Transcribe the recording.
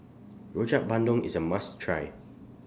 Rojak Bandung IS A must Try